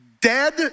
dead